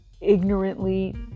ignorantly